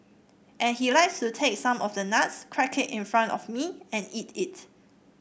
and he likes to take some of the nuts crack it in front of me and eat it